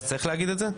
אז צריך להגיד את זה?